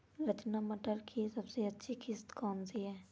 रचना मटर की सबसे अच्छी किश्त कौन सी है?